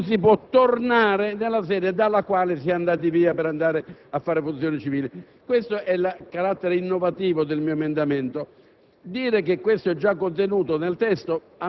sede. Con il mio emendamento desidero rendere chiaro che non si può tornare nella sede dalla quale si è partiti per andare a svolgere funzioni civili. Questo, è il carattere innovativo del mio emendamento.